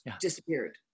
disappeared